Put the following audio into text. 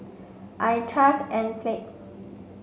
I trust Enzyplex